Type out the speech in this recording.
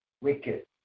wicked